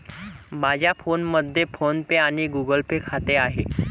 माझ्या फोनमध्ये फोन पे आणि गुगल पे खाते आहे